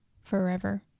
forever